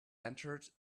entered